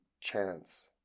chance